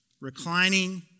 reclining